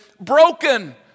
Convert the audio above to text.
broken